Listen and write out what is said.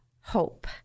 hope